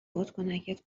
بادکنکت